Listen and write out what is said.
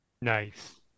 Nice